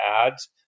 ads